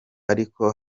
ariko